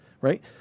Right